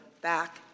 back